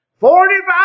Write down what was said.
Forty-five